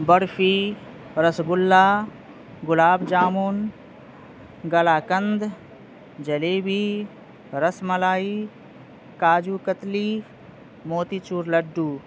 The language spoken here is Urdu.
barfi rasgulla gulab jamun kalakand jalebi rasmalai kaju katli motichoor laddoo